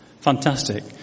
Fantastic